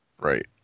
Right